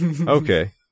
Okay